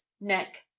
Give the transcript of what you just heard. neck